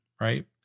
right